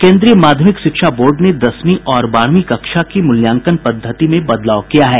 केन्द्रीय माध्यमिक शिक्षा बोर्ड ने दसवीं और बारहवीं कक्षा की मूल्यांकन पद्धति में बदलाव किया है